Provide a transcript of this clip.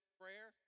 prayer